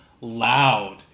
loud